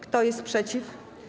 Kto jest przeciw?